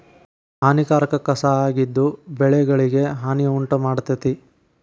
ಹಾನಿಕಾರಕ ಕಸಾ ಆಗಿದ್ದು ಬೆಳೆಗಳಿಗೆ ಹಾನಿ ಉಂಟಮಾಡ್ತತಿ